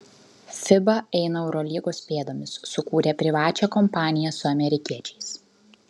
fiba eina eurolygos pėdomis sukūrė privačią kompaniją su amerikiečiais